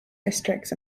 districts